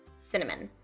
cinnamon.